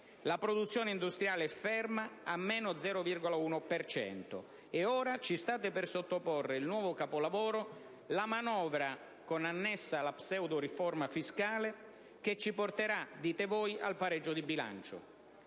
La produzione industriale è ferma a meno 0,1 per cento. Ora ci state per sottoporre il nuovo capolavoro, cioè la manovra con annessa la pseudo-riforma fiscale, che ci porterà - dite voi - al pareggio di bilancio.